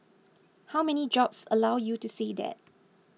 how many jobs allow you to say that